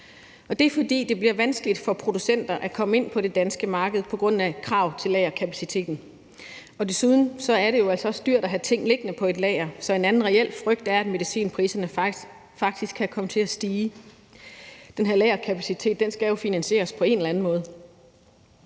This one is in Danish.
Det er, fordi det bliver vanskeligere for producenter at komme ind på det danske marked på grund af krav om lagerkapacitet. Desuden er det også dyrt at have ting liggende på et lager, så en anden reel frygt er, at medicinpriserne faktisk kan komme til at stige. Den her lagerkapacitet skal jo finansieres på en eller anden måde.